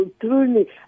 truly